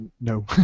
No